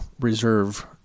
reserve